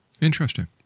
Interesting